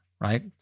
right